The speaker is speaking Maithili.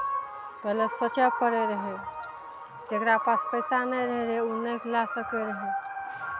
पहिले सोचय पड़ैत रहै जकरा पास पैसा नहि रहैत रहै ओ नहि लए सकैत रहै